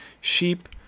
sheep